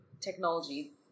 technology